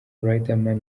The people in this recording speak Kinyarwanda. riderman